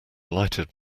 lighted